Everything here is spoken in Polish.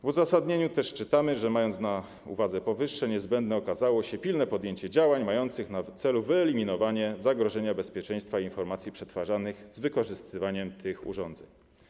W uzasadnieniu też czytamy, że mając na uwadze powyższe, niezbędne okazało się pilne podjęcie działań mających na celu wyeliminowanie zagrożenia bezpieczeństwa informacji przetwarzanych z wykorzystaniem tych urządzeń.